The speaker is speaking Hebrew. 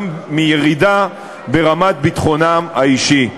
מירידה ברמת ביטחונם האישי.